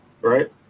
right